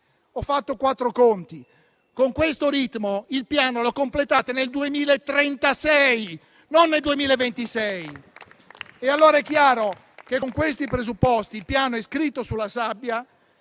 Ho fatto i conti: con questo ritmo, il Piano lo completerete nel 2036, non nel 2026. È chiaro che, con questi presupposti, il Piano è scritto sulla sabbia